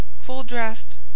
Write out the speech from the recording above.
full-dressed